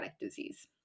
disease